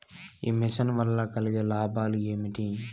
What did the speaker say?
ఈ మిషన్ వల్ల కలిగే లాభాలు ఏమిటి?